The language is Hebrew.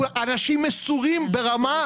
אנשים מסורים ברמה,